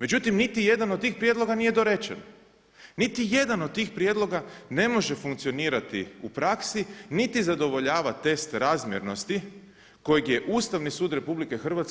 Međutim, niti jedan od tih prijedloga nije dorečen, niti jedan od tih prijedloga ne može funkcionirati u praksi niti zadovoljava test razmjernosti kojeg je Ustavni sud RH